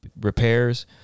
repairs